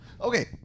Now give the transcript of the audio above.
Okay